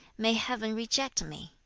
may heaven reject me